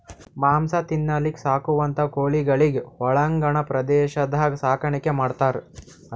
ಮಾಂಸ ತಿನಲಕ್ಕ್ ಸಾಕುವಂಥಾ ಕೋಳಿಗೊಳಿಗ್ ಒಳಾಂಗಣ ಪ್ರದೇಶದಾಗ್ ಸಾಕಾಣಿಕೆ ಮಾಡ್ತಾರ್